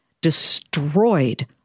destroyed